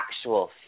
actual